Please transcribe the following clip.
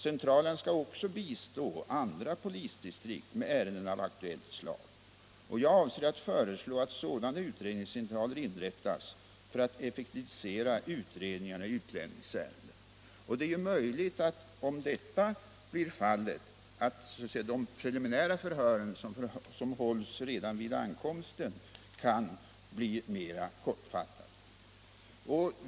Centralerna skall också bistå andra polisdistrikt i ärenden av aktuellt slag. Jag avser att föreslå att sådana utredningscentraler inrättas för att effektivisera utredningarna i utlänningsärenden. I så fall är det möjligt att de preliminära förhören, som hålls redan vid ankomsten, kan bli mera kortfattade.